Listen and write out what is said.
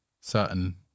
certain